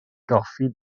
goffi